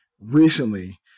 recently